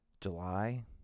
July